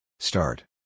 Start